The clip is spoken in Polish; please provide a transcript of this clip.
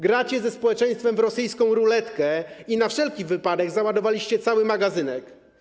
Gracie ze społeczeństwem w rosyjską ruletkę i na wszelki wypadek załadowaliście cały magazynek.